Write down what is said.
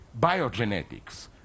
Biogenetics